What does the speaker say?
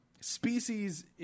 Species